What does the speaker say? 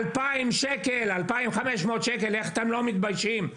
2,000 ₪ או 2,500 ₪, איך אתם לא מתביישים?